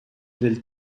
del